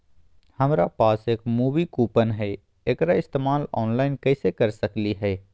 हमरा पास एक मूवी कूपन हई, एकरा इस्तेमाल ऑनलाइन कैसे कर सकली हई?